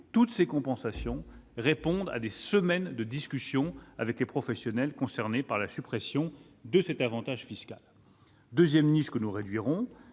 Toutes ces compensations répondent à des semaines de discussions avec les professionnels concernés par la suppression de cet avantage fiscal. Deuxième niche que nous réduirons